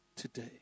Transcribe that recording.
today